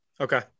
okay